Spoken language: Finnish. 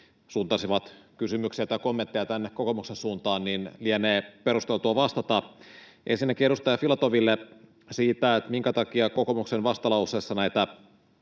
suuntasivat kysymyksiä tai kommentteja tänne kokoomuksen suuntaan, niin lienee perusteltua vastata. Ensinnäkin edustaja Filatoville siitä, minkä takia kokoomuksen vastalauseessa näitä